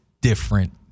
different